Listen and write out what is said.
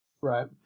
Right